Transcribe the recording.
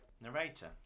narrator